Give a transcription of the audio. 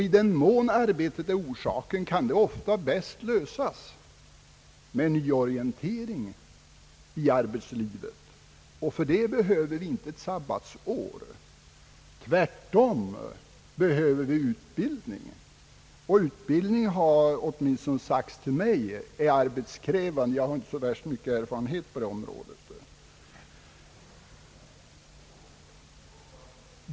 I den mån arbetet är orsaken, kan det ofta bäst lösas med en nyorientering i arbetslivet, och för detta behöver vi inte ett sabbatsår. Tvärtom: vi behöver utbildning! Utbildning är, har det åtminstone sagts till mig, arbetskrävande — jag har nog inte så värst stor erfarenhet på detta område.